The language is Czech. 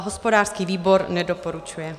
Hospodářský výbor nedoporučuje.